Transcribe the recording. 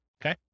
Okay